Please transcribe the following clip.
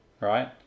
right